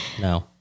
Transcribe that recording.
No